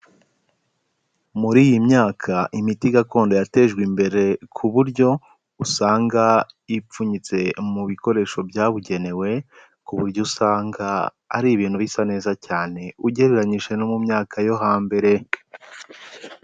Muri iyi myaka imiti gakondo yatejwe imbere ku buryo usanga ipfunyitse mu bikoresho byabugenewe, ku buryo usanga ari ibintu bisa neza cyane ugereranyije no mu myaka yo hambere.